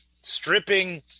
stripping